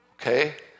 okay